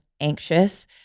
anxious